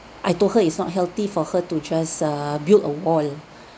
I told her is not healthy for her to just err build a wall